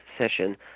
session